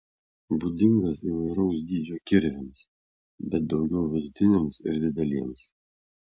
būdingas įvairaus dydžio kirviams bet daugiau vidutiniams ir dideliems